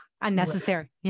unnecessary